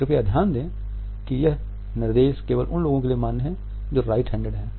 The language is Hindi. कृपया ध्यान दें कि यह निर्देश केवल उन लोगों के लिए मान्य है जो राईट हैंडेड हैं